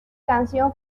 canción